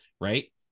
right